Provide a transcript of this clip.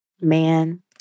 man